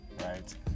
right